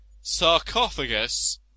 Sarcophagus